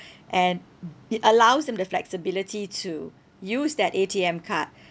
and it allows them the flexibility to use that A_T_M card